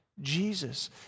Jesus